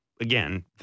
again